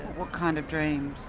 what kind of dreams?